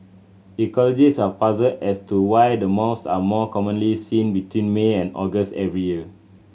ecologist are puzzled as to why the moths are more commonly seen between May and August every year